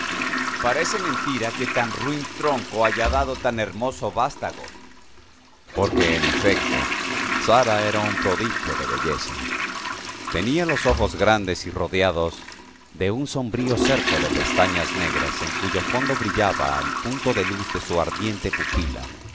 parece mentira que tan ruin tronco haya dado tan hermoso vástago porque en efecto sara era un prodigio de belleza tenía los ojos grandes y rodeados de un sombrío cerco de pestañas negras en cuyo fondo brillaba el punto de luz de su ardiente pupila